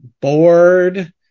bored